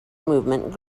movement